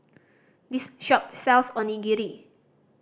this shop sells Onigiri